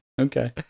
Okay